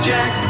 Jack